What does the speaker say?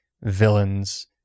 villains